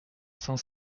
cent